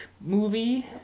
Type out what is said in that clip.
movie